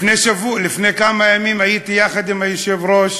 לפני כמה ימים הייתי יחד עם היושב-ראש